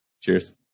cheers